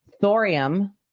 Thorium